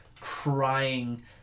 crying